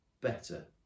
better